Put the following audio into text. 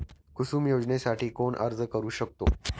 कुसुम योजनेसाठी कोण अर्ज करू शकतो?